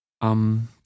Um